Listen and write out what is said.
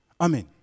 Amen